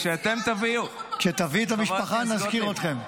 כשתביאי את המשפחה נזכיר אתכם.